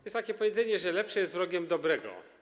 Jest takie powiedzenie, że lepsze jest wrogiem dobrego.